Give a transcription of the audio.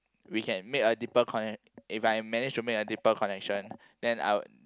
we can make a deeper connec~ if I managed to make a deeper connection then I would